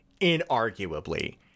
Inarguably